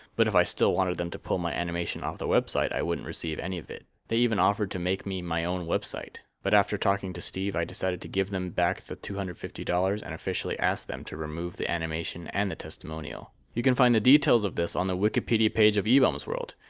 but if i still wanted them to pull my animation off the website, i wouldn't receive any of it. they even offered to make me my own website. but after talking to steve i decided to give them back the two hundred and fifty dollars, and officially asked them to remove the animation and the testimonial. you can find the details of this on the wikipedia page of ebaum's world.